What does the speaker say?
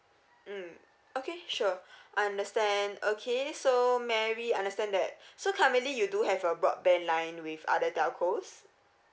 mm okay sure understand okay so mary understand that so currently you do have a broadband line with other telcos